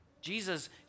Jesus